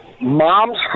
Moms